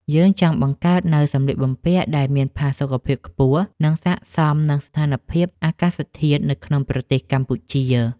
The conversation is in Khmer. យើងចង់បង្កើតនូវសម្លៀកបំពាក់ដែលមានផាសុកភាពខ្ពស់ និងស័ក្តិសមនឹងស្ថានភាពអាកាសធាតុនៅក្នុងប្រទេសកម្ពុជា។